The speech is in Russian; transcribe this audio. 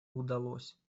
удалось